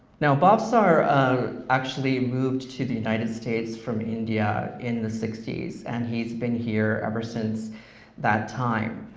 now, bhavsar actually moved to the united states from india in the sixty s, and he's been here ever since that time.